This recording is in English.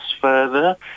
further